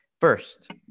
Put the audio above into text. First